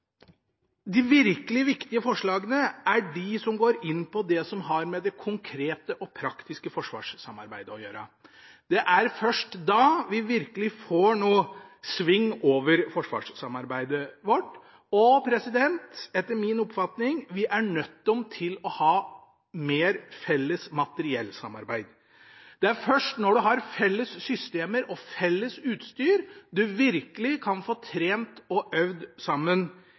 de virkelig viktige forslagene er de som går inn på det som har med det konkrete og praktiske forsvarssamarbeidet å gjøre. Det er først da vi virkelig får noe sving over forsvarssamarbeidet vårt. Og etter min oppfatning er vi nødt til å ha mer felles materiellsamarbeid. Det er først når man har felles systemer og felles utstyr, man virkelig kan få trent og øvd sammen